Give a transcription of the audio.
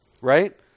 right